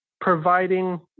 providing